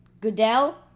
Goodell